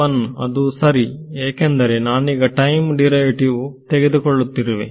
n1 ಅದು ಸರಿ ಏಕೆಂದರೆ ನಾನೀಗ ಟೈಮ್ ಡಿರೈವೇಟಿವ್ ತೆಗೆದುಕೊಳ್ಳುತ್ತಿರುವೆ